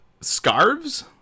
scarves